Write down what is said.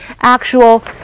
actual